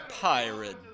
Pirate